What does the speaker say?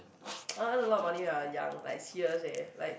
I want earn a lot of money uh young like serious eh like